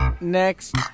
Next